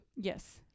Yes